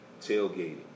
tailgating